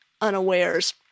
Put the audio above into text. unawares